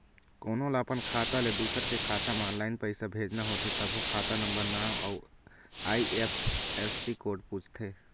कोनो ल अपन खाता ले दूसर के खाता म ऑनलाईन पइसा भेजना होथे तभो खाता नंबर, नांव अउ आई.एफ.एस.सी कोड पूछथे